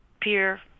peer